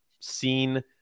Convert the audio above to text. seen